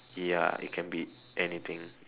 ya it can be anything